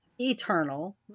Eternal